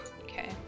okay